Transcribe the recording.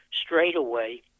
straightaway